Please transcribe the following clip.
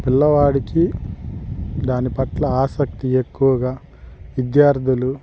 పిల్లవాడికి దాని పట్ల ఆసక్తి ఎక్కువగా విద్యార్థులు